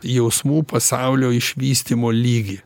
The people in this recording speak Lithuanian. jausmų pasaulio išvystymo lygį